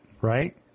Right